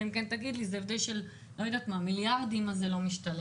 אלא אם תגיד לי שזה הבדל של מיליארדים וזה לא משתלם.